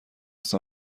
است